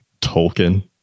Tolkien